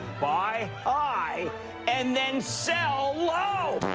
buy high and then sell low!